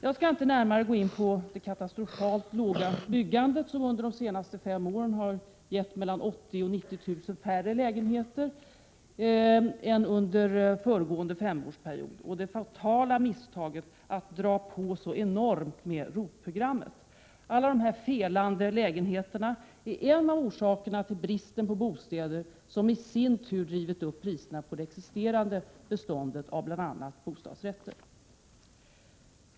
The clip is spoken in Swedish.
Jag skall inte närmare gå in på det katastrofalt låga byggandet, som under de senaste fem åren har gett mellan 80 000 och 90 000 färre lägenheter än under föregående femårsperiod, och det fatala misstaget att dra på så enormt med ROT-programmet. Dessa felande lägenheter utgör en av orsakerna till bristen på bostäder, som i sin tur har drivit upp priserna på de existerande beståndet av bl.a. bostadsrätter.